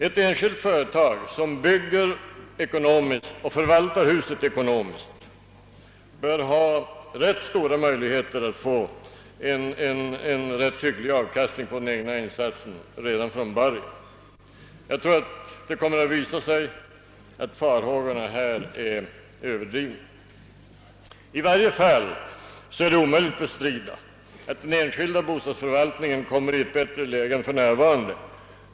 Ett enskilt företag som bygger ekonomiskt och förvaltar huset ekonomiskt bör ha rätt stora möjligheter att få en hygglig avkastning på den egna insatsen redan från början. Jag tror att det kommer att visa sig att farhågorna här är överdrivna. I varje fall är det omöjligt att bestrida att den enskilda bostadsförvaltningen kommer i ett bättre läge än för närvarande.